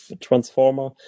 transformer